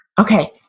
Okay